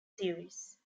series